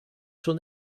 schon